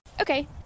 Okay